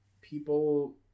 people